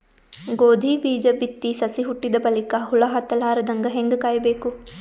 ಗೋಧಿ ಬೀಜ ಬಿತ್ತಿ ಸಸಿ ಹುಟ್ಟಿದ ಬಲಿಕ ಹುಳ ಹತ್ತಲಾರದಂಗ ಹೇಂಗ ಕಾಯಬೇಕು?